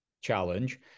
challenge